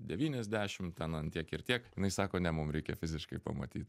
devyniasdešimt ten ant tiek ir tiek jinai sako ne mum reikia fiziškai pamatyt